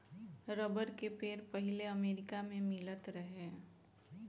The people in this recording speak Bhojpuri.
रबर के पेड़ पहिले अमेरिका मे मिलत रहे